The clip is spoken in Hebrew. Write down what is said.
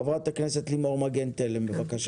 חברת הכנסת לימור מגן תלם, בבקשה.